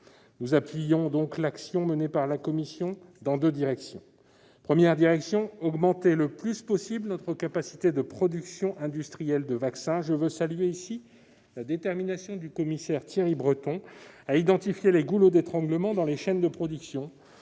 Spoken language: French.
Nous appuyons donc l'action menée par la Commission dans deux directions. Première direction : augmenter le plus possible notre capacité de production industrielle de vaccins. À cet égard, je veux saluer ici la détermination du commissaire Thierry Breton à identifier les goulots d'étranglement dans les chaînes de production